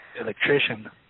Electrician